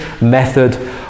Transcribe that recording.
method